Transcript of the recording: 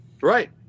right